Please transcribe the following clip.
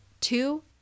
two